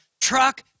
Truck